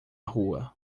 rua